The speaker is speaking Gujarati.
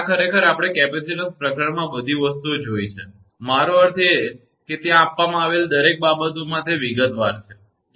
આ ખરેખર આપણે કેપેસિટીન્સ પ્રકરણમાં બધી વસ્તુઓ જોઇ છે અને મારો અર્થ એ છે કે ત્યાં આપવામાં આવેલી દરેક બાબતોમાં તે વિગતવાર છે બરાબર